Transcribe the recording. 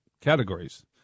categories